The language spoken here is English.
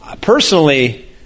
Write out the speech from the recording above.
personally